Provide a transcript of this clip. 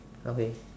okay